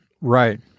Right